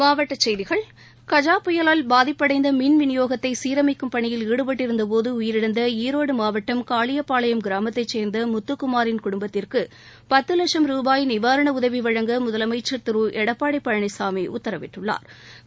மாவட்டக் செய்திகள் கஜ புயலில் பாதிப்படைந்த மின் விநியோகத்திற்கான சீரமைக்கும் பணியின் ஈடுபட்டிருந்தபோது உயிரிழந்த ஈரோடு மாவட்டம் காளியப்பாளையம் கிராமத்தைச் சேர்ந்த முத்துக்குமாின் குடும்பத்திற்கு பத்து லட்சும் ரூபாய் நிவாரண உதவி வழங்க முதலமைச்ச் திரு எடப்பாடி பழனிசாமி உத்தரவிட்டுள்ளாா்